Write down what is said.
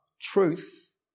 truth